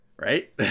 Right